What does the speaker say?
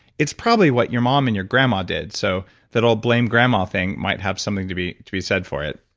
it's probably what your mom and your grandma did, so that whole blame grandma thing might have something to be to be said for it.